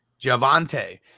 Javante